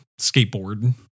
skateboard